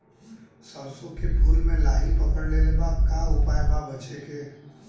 सरसों के फूल मे लाहि पकड़ ले ले बा का उपाय बा बचेके?